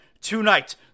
tonight